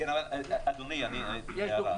אדוני, הערה.